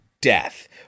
death